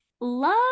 love